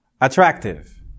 attractive